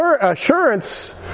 assurance